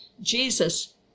Jesus